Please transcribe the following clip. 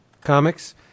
comics